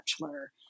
Bachelor